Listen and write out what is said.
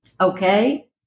okay